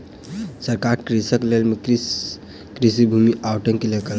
सरकार कृषकक लेल किछ कृषि भूमि आवंटित केलक